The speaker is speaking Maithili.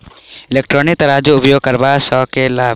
इलेक्ट्रॉनिक तराजू उपयोग करबा सऽ केँ लाभ?